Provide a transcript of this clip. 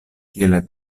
kiel